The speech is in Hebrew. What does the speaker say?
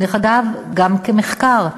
דרך אגב גם למחקר,